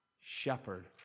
shepherd